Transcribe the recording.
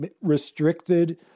restricted